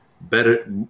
better